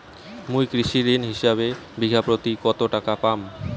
মুই কৃষি ঋণ হিসাবে বিঘা প্রতি কতো টাকা পাম?